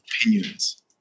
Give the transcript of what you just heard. opinions